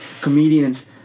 comedians